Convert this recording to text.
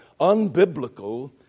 unbiblical